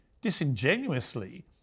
disingenuously